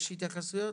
יש התייחסויות?